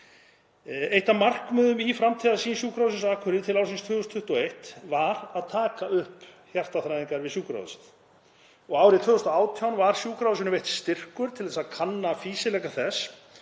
Eitt af markmiðum í framtíðarsýn Sjúkrahússins á Akureyri til ársins 2021 var að taka upp hjartaþræðingar við sjúkrahúsið. Árið 2018 var sjúkrahúsinu veittur styrkur til að kanna fýsileika þess